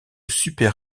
super